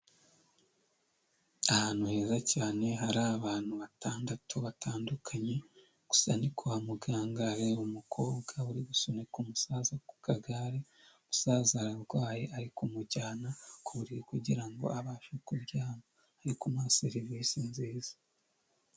Ahantu heza cyane hari abantu batandatu batandukanye, gusa ni kwa muganga, reba umukobwa uri gusunika umusaza ku kagare, umusaza ararwaye, ari kumujyana ku buriri kugirango abashe ku kuryama. Ari kumuha serivisi nziza.